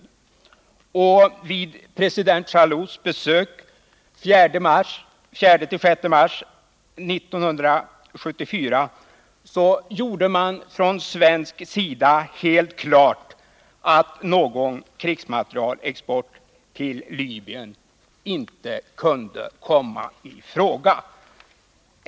Vid president Jallouds besök här den 4-6 mars 1974 gjorde man från svensk sida helt klart att någon krigsmaterielexport till Libyen inte kunde komma i fråga.